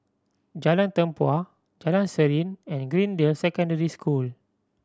Jalan Tempua Jalan Serene and Greendale Secondary School